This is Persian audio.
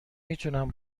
میتونم